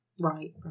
Right